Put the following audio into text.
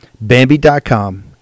Bambi.com